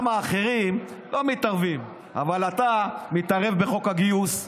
אחרים לא מתערבים, אבל אתה מתערב בחוק הגיוס,